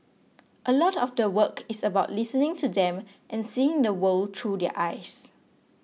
a lot of the work is about listening to them and seeing the world through their eyes